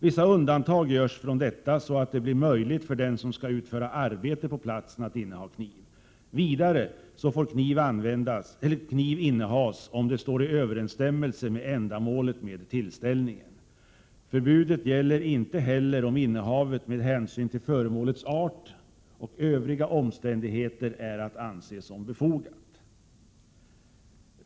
Vissa undantag görs från detta, så att det blir möjligt för den som skall utföra arbete på platsen att inneha kniv. Vidare får kniv innehas, om det står i överensstämmelse med ändamålet med tillställningen. Förbudet gäller inte heller om innehavet med hänsyn till föremålets art och övriga omständigheter är att anse som befogat.